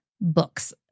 books